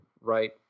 right